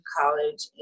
college